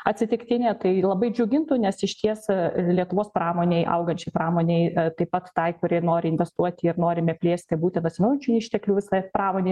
atsitiktinė tai labai džiugintų nes išties lietuvos pramonei augančiai pramonei taip pat tai kuri nori investuoti ir nori neplėsti būtent atsinaujinančių išteklių visai pramonei